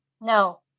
No